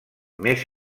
més